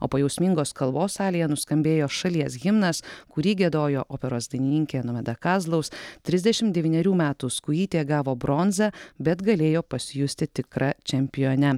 o po jausmingos kalbos salėje nuskambėjo šalies himnas kurį giedojo operos dainininkė nomeda kazlaus trisdešim devynerių metų skujytė gavo bronzą bet galėjo pasijusti tikra čempione